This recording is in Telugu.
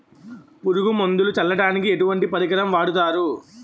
పురుగు మందులు చల్లడానికి ఎటువంటి పరికరం వాడతారు?